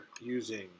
using